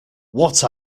what